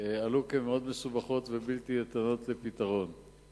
עלו כמאוד מסובכות ובלתי ניתנות לפתרון.